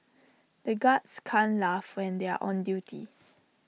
the guards can't laugh when they are on duty